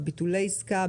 בביטולי עסקה,